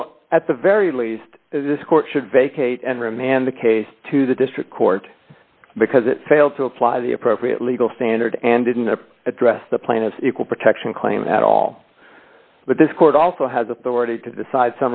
so at the very least this court should vacate and remand the case to the district court because it failed to apply the appropriate legal standard and didn't address the plaintiff equal protection claim at all but this court also has authority to decide